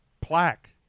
plaque